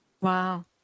Wow